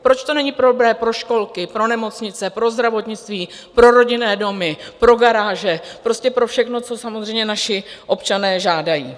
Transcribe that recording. Proč to není dobré pro školky, pro nemocnice, pro zdravotnictví, pro rodinné domy, pro garáže, prostě pro všechno, co samozřejmě naši občané žádají?